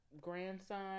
grandson